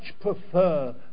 prefer